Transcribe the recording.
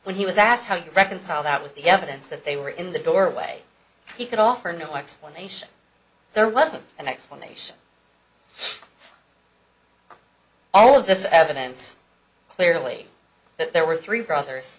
when he was asked how do you reconcile that with the evidence that they were in the doorway he could offer no explanation there wasn't an explanation all of this evidence clearly there were three brothers